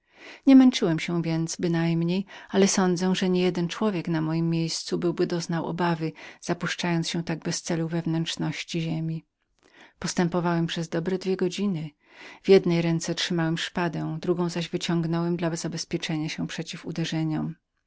nie męczyłem się więc bynajmniej ale sądzę że nie jeden człowiek na mojem miejscu byłby doznał obawy zapuszczając się tak bez celu we wnętrzności ziemi postępowałem przez dobre dwie godziny ze szpadą w jednej ręce z drugą zaś wyciągniętą dla zabezpieczenia się przeciw uderzeniom